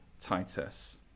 Titus